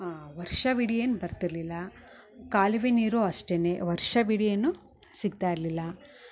ವರ್ಷವಿಡೀ ಏನು ಬರ್ತಿರಲಿಲ್ಲ ಕಾಲುವೆ ನೀರು ಅಷ್ಟೆನೆ ವರ್ಷವಿಡೀ ಏನು ಸಿಗ್ತಾ ಇರಲಿಲ್ಲ